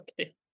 Okay